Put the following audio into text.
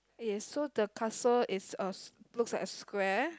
yes so the castle is uh looks like a square